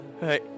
Hey